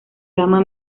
gama